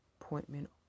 appointment